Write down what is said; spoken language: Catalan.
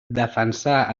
defensà